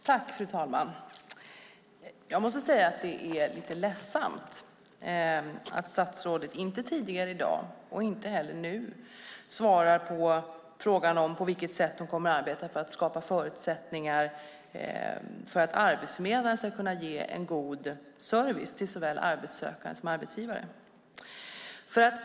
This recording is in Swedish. Fru talman! Jag måste säga att det är ledsamt att statsrådet inte tidigare i dag och inte heller nu svarar på frågan på vilket sätt hon kommer att arbeta för att skapa förutsättningar för att arbetsförmedlaren ska kunna ge en god service till såväl arbetssökande som arbetsgivare.